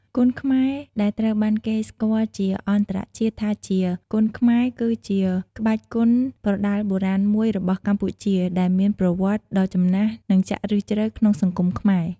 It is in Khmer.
គុនខ្មែរ ដែលត្រូវបានគេស្គាល់ជាអន្តរជាតិថាជា Kun Khmer គឺជាក្បាច់គុនប្រដាល់បុរាណមួយរបស់កម្ពុជា ដែលមានប្រវត្តិដ៏ចំណាស់និងចាក់ឫសជ្រៅក្នុងសង្គមខ្មែរ។